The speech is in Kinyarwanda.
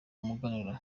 umuganura